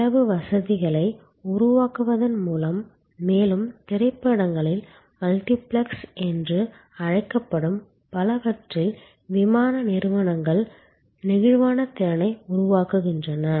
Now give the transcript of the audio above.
எனவே பிளவு வசதிகளை உருவாக்குவதன் மூலம் மேலும் திரைப்படங்களில் மல்டிப்ளெக்ஸ் என்று அழைக்கப்படும் பலவற்றில் விமான நிறுவனங்கள் நெகிழ்வான திறனை உருவாக்குகின்றன